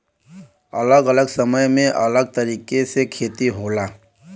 अलग अलग समय में अलग तरीके से खेती होला